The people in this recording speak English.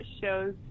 shows